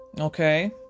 Okay